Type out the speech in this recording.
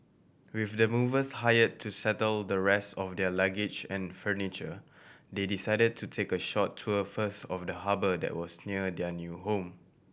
with the movers hire to settle the rest of their luggage and furniture they decided to take a short tour first of the harbour that was near their new home